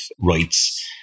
rights